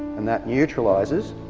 and that neutralises.